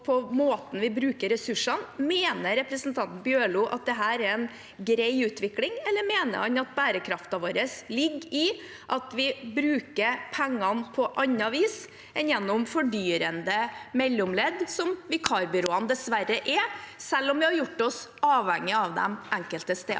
Mener representanten Bjørlo at dette er en grei utvikling, eller mener han at bærekraften vår ligger i at vi bruker pengene på annet vis enn gjennom fordyrende mellomledd, som vikarbyråene dessverre er, selv om vi har gjort oss avhengig av dem enkelte steder?